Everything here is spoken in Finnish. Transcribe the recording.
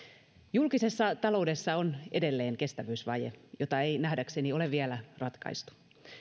julkisessa taloudessa on edelleen kestävyysvaje jota ei nähdäkseni ole vielä ratkaistu